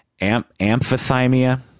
amphithymia